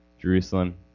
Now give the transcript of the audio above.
Jerusalem